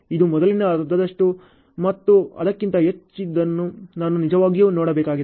ಇದು ಮೊದಲಿನ ಅರ್ಧದಷ್ಟು ಮತ್ತು ಅದಕ್ಕಿಂತ ಹೆಚ್ಚಿನದನ್ನು ನಾನು ನಿಜವಾಗಿಯೂ ನೋಡಬೇಕಾಗಿದೆ